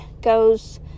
goes